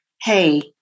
hey